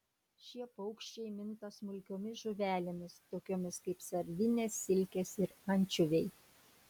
šie paukščiai minta smulkiomis žuvelėmis tokiomis kaip sardinės silkės ir ančiuviai